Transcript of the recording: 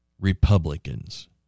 Republicans